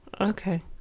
Okay